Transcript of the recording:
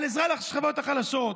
בעזרה לשכבות החלשות.